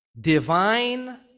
divine